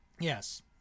Yes